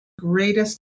greatest